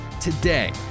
Today